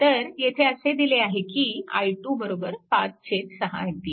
तर येथे असे दिले आहे की i2 5 6 A